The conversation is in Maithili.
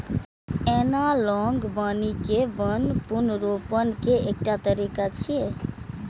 एनालॉग वानिकी वन पुनर्रोपण के एकटा तरीका छियै